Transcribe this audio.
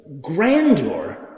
grandeur